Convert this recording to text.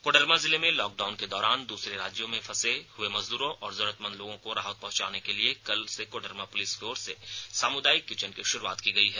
कोडरमा जिले में lockdown के दौरान दूसरे राज्यो के फंसे हए मजदूरो और जरूरतमंद लोगों को राहत पहुंचाने के लिए कल से कोडरमा पुलिस की ओर से सामुदायिक किचन की शुरुआत की गई है